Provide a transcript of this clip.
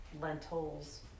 lentils